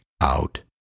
out